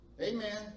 Amen